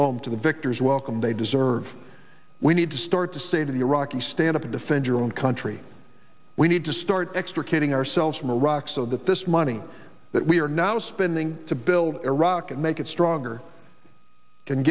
home to the victors welcome they deserve we need to start to say to the iraqis stand up and defend your own country we need to start extricating ourselves from iraq so that this money that we are now spending to build iraq make it stronger